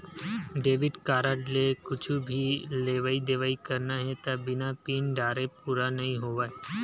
debit card ले कुछु भी लेवइ देवइ करना हे त बिना पिन डारे पूरा नइ होवय